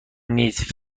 نیز